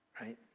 right